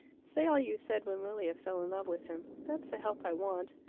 say all you said when lilia fell in love with him. that's the help i want.